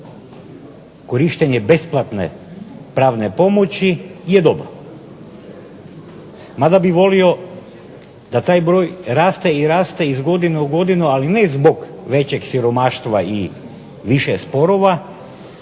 korištenje besplatne pravne pomoći je dobro. Mada bih volio da taj broj raste i raste iz godine u godinu, ali ne zbog većeg siromaštva i više sporova